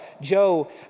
Joe